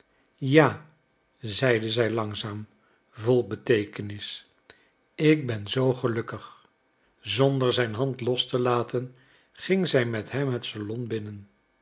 ja zeide zij langzaam vol beteekenis ik ben zoo gelukkig zonder zijn hand los te laten ging zij met hem het salon binnen